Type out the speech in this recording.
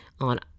on